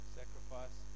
sacrifice